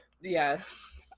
yes